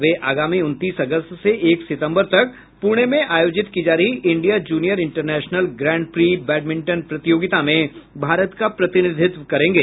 वे आगामी उनतीस अगस्त से एक सितम्बर तक पुणे में आयोजित की जा रही India junior international grand prix badminton प्रतियोगिता में भारत का प्रतिनिधित्व करेंगे